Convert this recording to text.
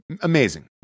Amazing